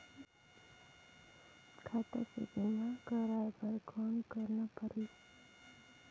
खाता से बीमा करवाय बर कौन करना परही?